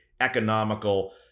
economical